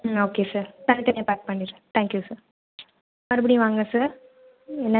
ம் okay sir தனித்தனியா pack பண்ணிட்றேன் தேங்க்யூ சார் மறுபடியும் வாங்க சார் என்னா